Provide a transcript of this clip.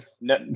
no